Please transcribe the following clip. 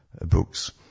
books